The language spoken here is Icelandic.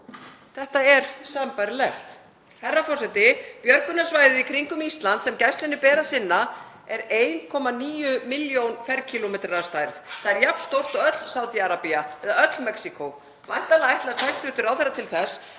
Þetta er sambærilegt, herra forseti. Björgunarsvæðið í kringum Ísland sem Gæslunni ber að sinna er 1,9 milljón ferkílómetrar að stærð, það er jafn stórt og öll Sádi-Arabía eða allt Mexíkó. Væntanlega ætlast hæstv. ráðherra til þess